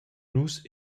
nus